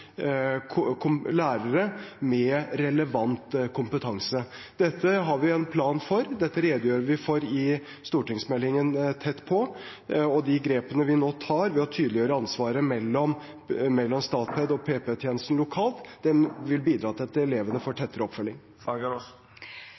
lærere med relevant kompetanse. Dette har vi en plan for, dette redegjør vi for i stortingsmeldingen Tett på, og vi tar også grep ved å tydeliggjøre ansvaret mellom Statped og PP-tjenesten lokalt. Det vil bidra til at elevene får